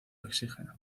oxígeno